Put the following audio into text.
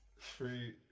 Three